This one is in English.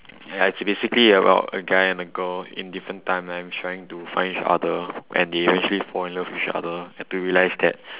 ya it's basically about a guy and a girl in different timelines trying to find each other and they eventually fall in love with each other until you realise that